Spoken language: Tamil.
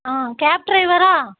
ஆ கேப் டிரைவரா